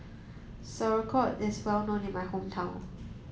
sauerkraut is well known in my hometown